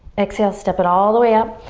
exhale, step it all the way out.